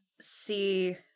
see